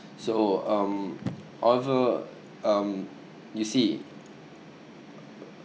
so um although um you see